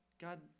God